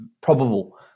probable